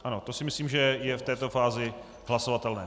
Ano, to si myslím, že je v této fázi hlasovatelné.